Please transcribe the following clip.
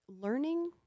learning